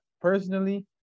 personally